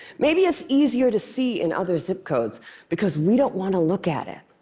maybe it's easier to see in other zip codes because we don't want to look at it.